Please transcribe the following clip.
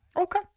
Okay